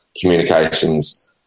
communications